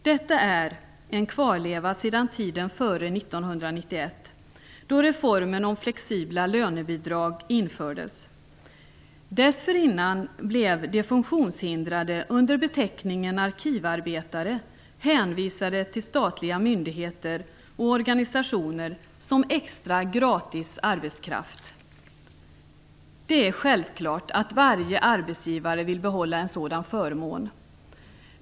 Detta är en kvarleva sedan tiden före 1991, då reformen om flexibla lönebidrag infördes. Dessförinnan blev de funktionshindrade under beteckningen "arkivarbetare" hänvisade till statliga myndigheter och organisationer som extra, gratis arbetskraft. Det är självklart att varje arbetsgivare vill behålla en sådan förmån.